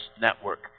Network